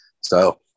So-